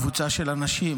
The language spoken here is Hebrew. קבוצה של אנשים,